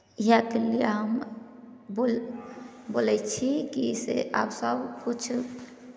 इएहके लिए हम बुल बोलै छी कि से आब सभकिछु